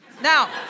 Now